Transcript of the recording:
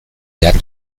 behar